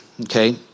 Okay